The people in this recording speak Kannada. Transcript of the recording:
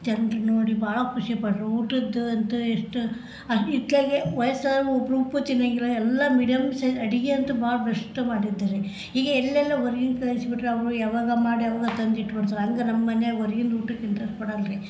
ಜನರು ನೋಡಿ ಭಾಳ ಖುಷಿಪಟ್ಟರು ಊಟದ್ದು ಅಂತೂ ಎಷ್ಟು ಅ ಇತ್ತಲಾಗೆ ವಯಸ್ಸಾದವ್ರು ಉಪ್ಪು ಉಪ್ಪೂ ತಿನ್ನೋಂಗಿಲ್ಲ ಎಲ್ಲ ಮಿಡಲು ಸೇರಿ ಅಡುಗೆ ಅಂತೂ ಭಾಳ ಬೆಸ್ಟ್ ಮಾಡಿದ್ರ್ ರೀ ಹೀಗೆ ಎಲ್ಲೆಲ್ಲೋ ಹೊರಗಿಂದ ತರಿಸಿಬಿಟ್ರೆ ಅವರು ಯಾವಾಗ ಮಾಡ್ದವೆಲ್ಲ ತಂದಿಟ್ಬಿಡ್ತಾರೆ ಹಂಗೆ ನಮ್ಮ ಮನ್ಯಾಗೆ ಹೊರ್ಗಿಂದ ಊಟ ತಿಂದ್ರಾಕ್ ಕೊಡಲ್ಲ ರೀ